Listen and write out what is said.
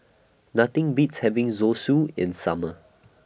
Nothing Beats having Zosui in Summer